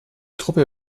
truppe